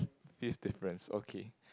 fifth difference okay